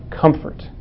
comfort